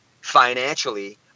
financially